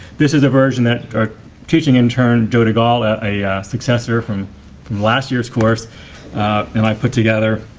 this is a version that our teaching intern joe degol, and a successor from last years course and i put together.